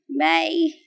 Bye